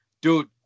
dude